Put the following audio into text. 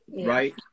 right